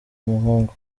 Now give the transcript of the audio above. umuhungu